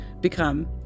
become